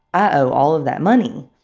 i owe all of that money,